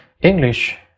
English